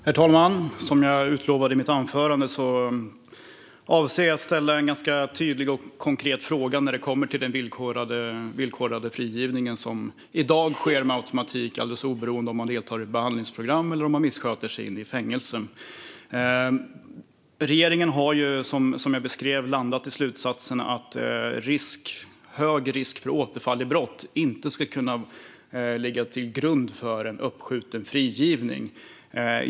Herr talman! Som jag utlovade i mitt anförande avser jag att ställa en ganska tydlig och konkret fråga om den villkorliga frigivningen, som i dag sker med automatik alldeles oberoende av om man deltar i behandlingsprogram eller om man missköter sig i fängelset. Regeringen har ju landat i slutsatsen att hög risk för återfall i brott inte ska kunna ligga till grund för uppskjuten frigivning.